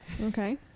Okay